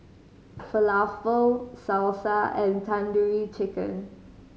Falafel Salsa and Tandoori Chicken